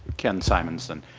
ken simonson.